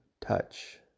touch